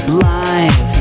life